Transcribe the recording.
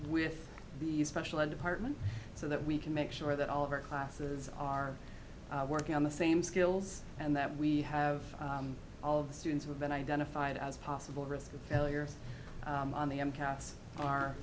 with the special ed department so that we can make sure that all of our classes are working on the same skills and that we have all of the students who have been identified as possible risk of failure on the m cats are